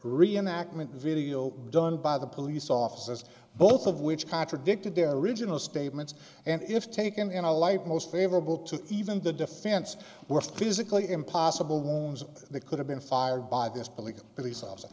reenactment video done by the police officers both of which contradicted their original statements and if taken in a light most favorable to even the defense were physically impossible ones that could have been fired by this police police officer